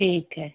ठीक है